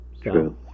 True